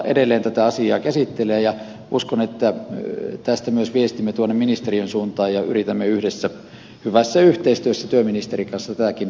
valiokunta tätä asiaa edelleen käsittelee ja uskon että tästä myös viestimme tuonne ministeriön suuntaan ja yritämme yhdessä hyvässä yhteistyössä työministerin kanssa tätäkin probleemia ratkoa